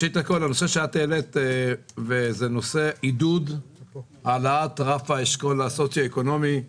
את דיברת על עידוד העלאת רף האשכול הסוציו-אקונומי.